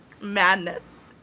madness